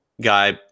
guy